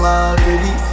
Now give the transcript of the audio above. already